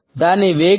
దాని వేగం